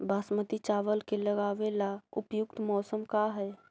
बासमती चावल के लगावे ला उपयुक्त मौसम का है?